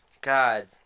God